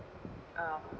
um